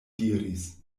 diris